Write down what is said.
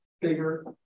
bigger